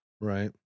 Right